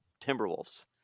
Timberwolves